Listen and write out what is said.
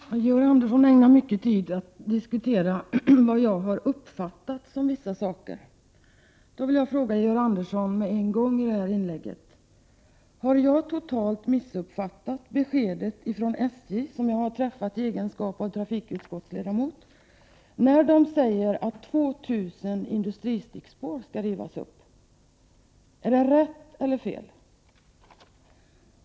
Herr talman! Georg Andersson ägnar mycket tid åt att diskutera vad jag har uppfattat om vissa saker. Jag vill därför ställa en fråga till Georg Andersson. Har jag totalt missuppfattat beskedet från SJ:s företrädare, som jag har har träffat i egenskap av trafikutskottsledamot, om att 2 000 industristickspår skall rivas upp? Är det rätt eller fel?